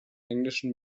englischen